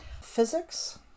Physics